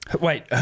Wait